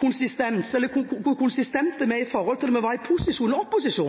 med hvordan vi var i posisjon. Hvis det